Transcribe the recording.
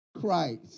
Christ